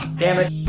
dammit!